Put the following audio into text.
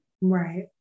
Right